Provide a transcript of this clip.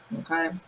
Okay